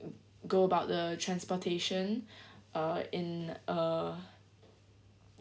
go about the transportation uh in a